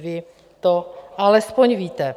Vy to alespoň víte.